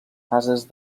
fases